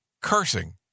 cursing